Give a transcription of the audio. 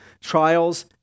trials